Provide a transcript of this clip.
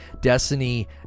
Destiny